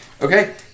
Okay